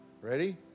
Ready